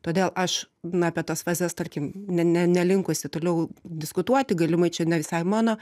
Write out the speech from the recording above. todėl aš na apie tas fazes tarkim ne ne nelinkusi toliau diskutuoti galimai čia ne visai mano